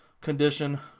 condition